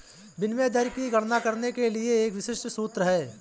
विनिमय दर की गणना करने के लिए एक विशिष्ट सूत्र है